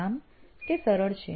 આમ તે સરળ છે